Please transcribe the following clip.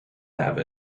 have